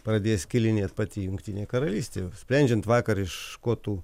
pradės skilinėt pati jungtinė karalystė sprendžiant vakar iš škotų